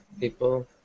people